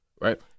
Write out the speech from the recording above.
right